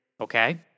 okay